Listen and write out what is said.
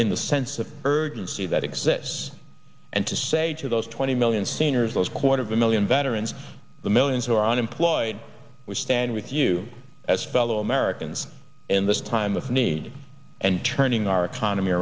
in the sense of urgency that exists and to say to those twenty million seniors those quarter of a million veterans the millions who are unemployed we stand with you as fellow americans in this time of need and turning our economy